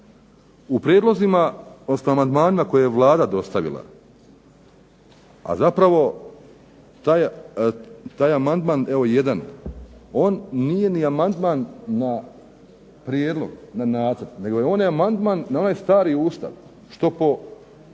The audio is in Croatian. u prijedlozima, odnosno amandmanima koje je Vlada dostavila, a zapravo taj amandman evo jedan, on nije ni amandman na prijedlog na nacrt, nego on je amandman na onaj stari Ustav, što po